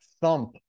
thump